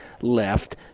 left